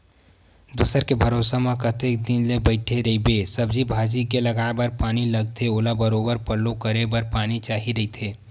दूसर के भरोसा म कतेक दिन ले बइठे रहिबे, सब्जी भाजी के लगाये बर पानी लगथे ओला बरोबर पल्लो करे बर पानी चाही रहिथे